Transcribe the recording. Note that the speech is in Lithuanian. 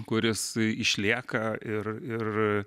kuris išlieka ir ir